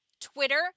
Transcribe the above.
Twitter